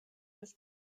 des